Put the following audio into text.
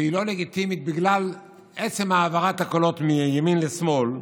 שהיא לא לגיטימית בגלל עצם העברת הקולות מימין לשמאל,